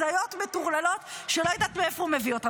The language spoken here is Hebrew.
הזיות מטורללות, שלא יודעת מאיפה הוא מביא אותן.